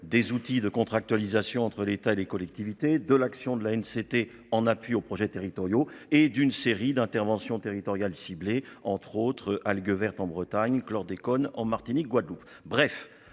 des outils de contractualisation entre l'État et les collectivités de l'action de la haine, c'était en appui aux projets territoriaux et d'une série d'interventions territoriale ciblé entre autres algues vertes en Bretagne chlordécone en Martinique, Guadeloupe,